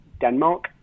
Denmark